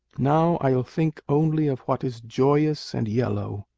now i'll think only of what is joyous and yellow,